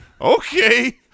okay